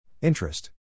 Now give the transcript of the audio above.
Interest